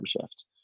shift